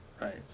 Right